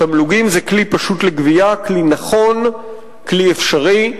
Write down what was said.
תמלוגים זה כלי פשוט לגבייה, כלי נכון, כלי אפשרי,